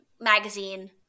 magazine